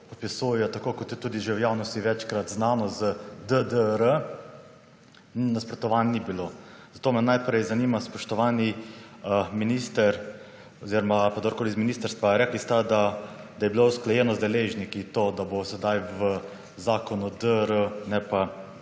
podpisujejo tako kot je tudi že v javnosti večkrat znano, z ddr., nasprotovanj ni bilo. Zato me najprej zanima, spoštovani minister oziroma kdorkoli iz ministrstva, rekli ste, da je bilo usklajeno z deležniki, to da bo sedaj v zakonu »dr«, ne pa